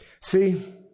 See